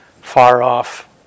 far-off